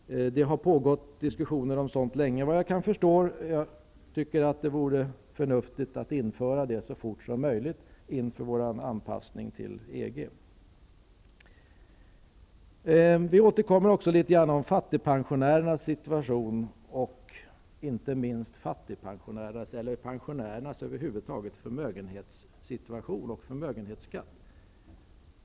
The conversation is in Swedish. Det har pågått diskussioner om sådant länge, såvitt jag förstår, och jag tycker att det vore förnuftigt att införa detta i Sverige så fort som möjligt inför vår anpassning till Vi återkommer ofta också till fattigpensionärernas situation, inte minst pensionärernas förmögenhetssituation och förmögenhetsskatt.